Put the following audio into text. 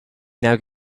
now